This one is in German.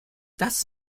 das